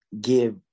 give